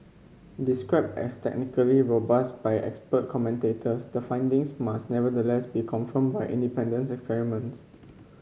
described as technically robust by expert commentators the findings must nevertheless be confirmed by independent experiments